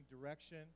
direction